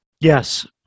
Yes